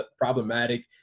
problematic